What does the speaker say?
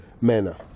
manner